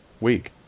week